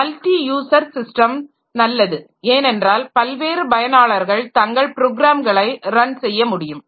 multi user system நல்லது ஏனென்றால் பல்வேறு பயனாளர்கள் தங்கள் ப்ரோக்ராம்களை ரன் செய்ய முடியும்